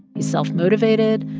he's self-motivated,